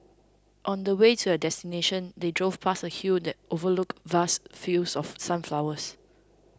on the way to their destination they drove past a hill that overlooked vast fields of sunflowers